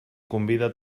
convida